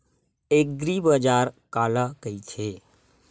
एग्रीबाजार काला कइथे?